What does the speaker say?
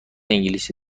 انگلیسی